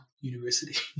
university